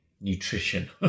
nutrition